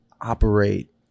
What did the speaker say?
operate